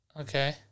Okay